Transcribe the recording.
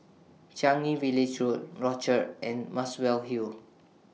Changi Village Road Rochor and Muswell Hill